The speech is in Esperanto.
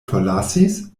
forlasis